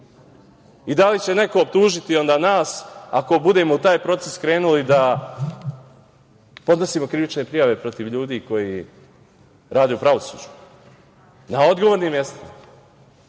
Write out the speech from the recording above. Da li će neko optužiti onda nas ako budemo u taj proces krenuli da podnosimo krivične prijave protiv ljudi koji rade u pravosuđu na odgovornim